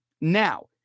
Now